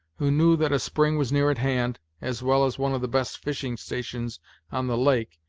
who knew that a spring was near at hand, as well as one of the best fishing-stations on the lake,